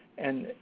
and,